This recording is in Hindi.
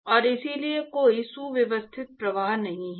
और इसलिए कोई सुव्यवस्थित प्रवाह नहीं है